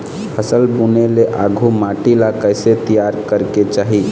फसल बुने ले आघु माटी ला कइसे तियार करेक चाही?